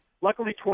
luckily